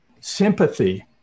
sympathy